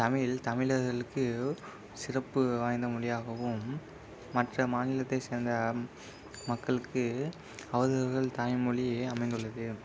தமிழ் தமிழர்களுக்கு சிறப்பு வாய்ந்த மொழியாகாவும் மற்ற மாநிலத்தை சேந்த மக்களுக்கு அவர் அவர்கள் தாய்மொழி அமைந்துள்ளது